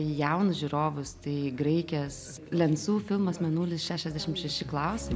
jaunus žiūrovus tai graikės lensu filmas mėnulis šešiasdešimt šeši klausimai